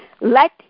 Let